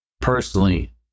personally